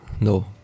No